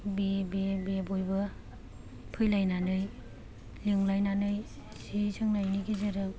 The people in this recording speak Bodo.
बे बे बे बयबो फैलायनानै लिंलायनानै जि सोंनायनि गेजेरजों